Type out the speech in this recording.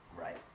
Right